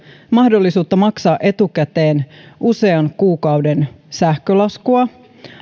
mahdollisuutta maksaa etukäteen usean kuukauden sähkölaskua